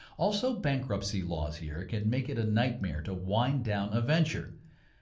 also, bankruptcy laws here can make it a nightmare to wind down a venture.